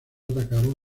atacaron